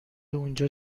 اونجا